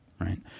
right